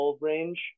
range